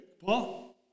Paul